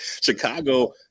Chicago